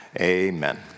amen